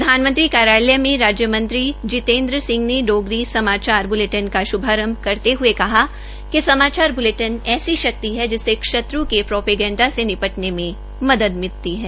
प्रधानमंत्री कार्यालय में राज्यमंत्री जितेंन्द्र सिंह ने डोगरी समाचार बुलेटिन का शुभारंभ करते हुए कहा कि समाचार बुलेटिन ऐसी शक्ति है जिससे शत्र के प्रोपेगंडा से निपटने में मदद मिलती है